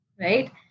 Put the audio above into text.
right